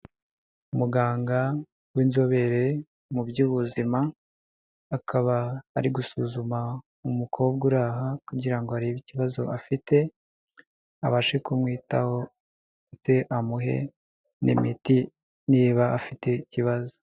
Umuganga w'inzobere mu by'ubuzima akaba ari gusuzuma umukobwa ura aha kugira ngo arebe ikibazo afite abashe kumwitahote amuhe n'imiti niba afite ikibazo.